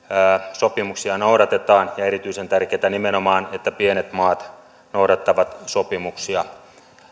sopimuksia noudatetaan ja erityisen tärkeätä nimenomaan että pienet maat noudattavat sopimuksia